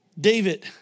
David